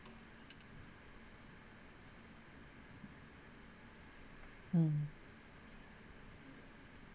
mm